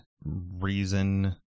Reason